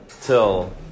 till